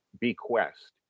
Bequest